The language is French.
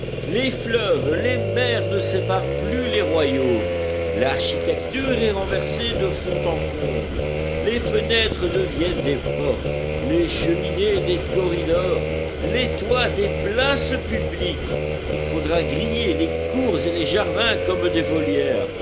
les fleuves les mers ne séparent plus les royaumes l'architecture est renversée de fond en comble les fenêtres deviennent des portes les cheminées des corridors les toits des places publiques il faudra griller les cours et les jardins comme des volières